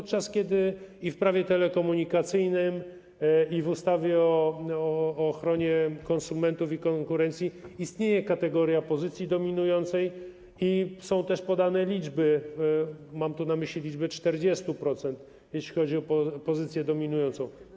Tymczasem i w Prawie telekomunikacyjnym, i w ustawie o ochronie konsumentów i konkurencji istnieje kategoria pozycji dominującej i są też podane liczby, wielkości - mam tu na myśli 40%, jeśli chodzi o pozycję dominującą.